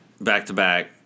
back-to-back